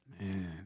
Man